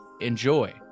Enjoy